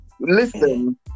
Listen